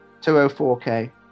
204k